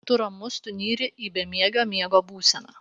tu ramus tu nyri į bemiegio miego būseną